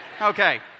Okay